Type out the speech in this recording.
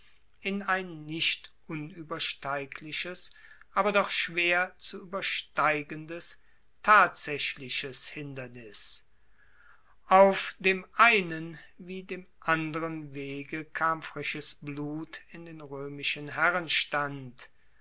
in ein nicht unuebersteigliches aber doch schwer zu uebersteigendes tatsaechliches hindernis auf dem einen wie dem anderen wege kam frisches blut in den roemischen